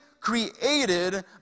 created